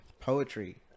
poetry